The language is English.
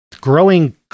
growing